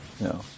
No